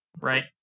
right